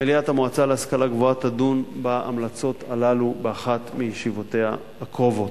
מליאת המועצה להשכלה גבוהה תדון בהמלצות הללו באחת מישיבותיה הקרובות.